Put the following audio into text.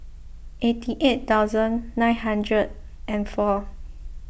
eighty eight thousand nine hundred and four